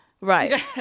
Right